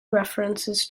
references